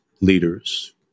leaders